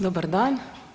Dobar dan.